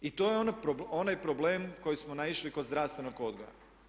I to je onaj problem koji smo naišli kod zdravstvenog odgoja.